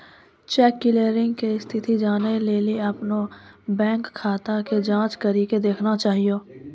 cheque clearing के स्थिति जानै लेली अपनो बैंक खाता के जांच करि के देखना चाहियो